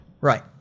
Right